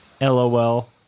Lol